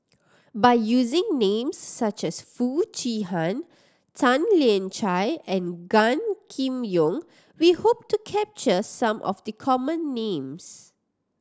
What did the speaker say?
by using names such as Foo Chee Han Tan Lian Chye and Gan Kim Yong we hope to capture some of the common names